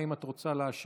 האם את רוצה להשיב?